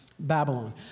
Babylon